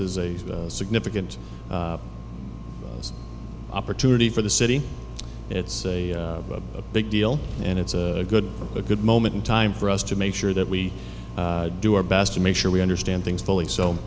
is a significant opportunity for the city it's a big deal and it's a good a good moment in time for us to make sure that we do our best to make sure we understand things fully